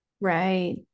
right